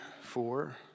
four